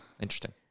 Interesting